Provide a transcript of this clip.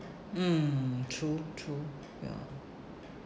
mm true true ya